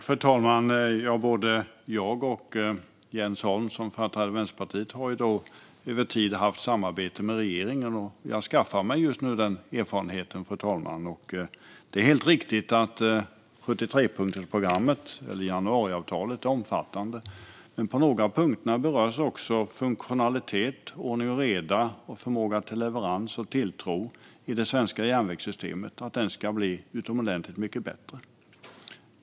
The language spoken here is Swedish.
Fru talman! Både jag och Jens Holm, som företräder Vänsterpartiet, har över tid haft samarbete med regeringen. Jag skaffar mig just nu den erfarenheten, fru talman. Det är helt riktigt att 73-punktsprogrammet, eller januariavtalet, är omfattande. På några punkter berörs också funktionalitet, ordning och reda och förmåga till leverans och tilltro i det svenska järnvägssystemet och att det ska bli utomordentligt mycket bättre.